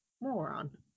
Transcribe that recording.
moron